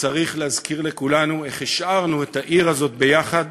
שצריך להזכיר לכולנו איך השארנו את העיר הזאת יחד